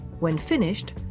when finished,